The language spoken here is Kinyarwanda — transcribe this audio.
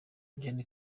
gen